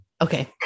Okay